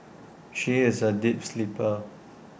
she is A deep sleeper